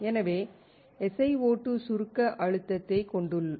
எனவே SiO2 சுருக்க அழுத்தத்தைக் கொண்டுள்ளது